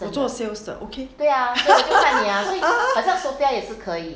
我做 sales 的 okay